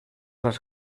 las